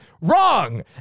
Wrong